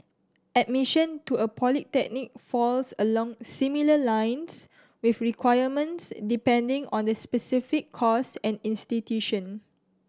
admission to a polytechnic falls along similar lines with requirements depending on the specific course and institution